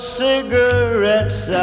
cigarettes